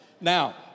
Now